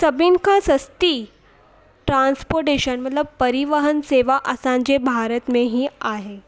सभिनि खां सस्ती ट्रांसपोर्टेशन मतिलबु परिवहन सेवा असांजे भारत में ई आहे